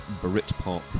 Britpop